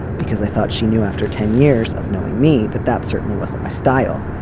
because i thought she knew after ten years of knowing me that that certainly wasn't my style.